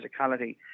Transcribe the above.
physicality